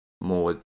more